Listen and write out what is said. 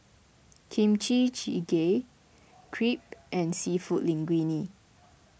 Kimchi Jjigae Crepe and Seafood Linguine